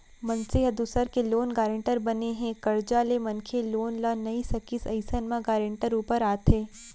मनसे ह दूसर के लोन गारेंटर बने हे, करजा ले मनखे लोन ल नइ सकिस अइसन म गारेंटर ऊपर आथे